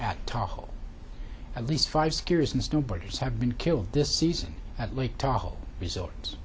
at top at least five skiers and snowboarders have been killed this season at lake tahoe results